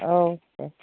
औ दे